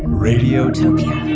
radiotopia